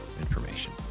information